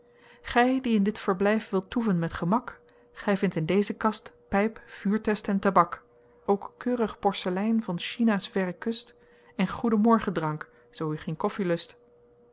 gij die in dit verblijf wilt toeven met gemak gij vindt in deze kast pijp vuurtest en tabak ook keurig porselein van china's verre kust en goeden morgendrank zoo u geen koffie lust